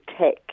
tech